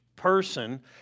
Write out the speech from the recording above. Person